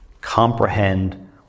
comprehend